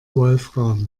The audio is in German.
wolfram